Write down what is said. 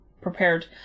prepared